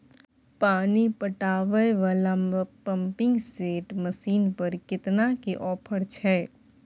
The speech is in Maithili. पानी पटावय वाला पंपिंग सेट मसीन पर केतना के ऑफर छैय?